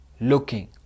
looking